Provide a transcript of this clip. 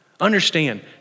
Understand